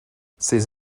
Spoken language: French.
ces